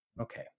okay